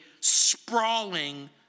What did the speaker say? sprawling